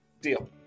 Deal